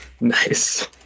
Nice